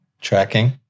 Tracking